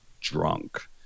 drunk